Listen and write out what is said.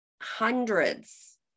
hundreds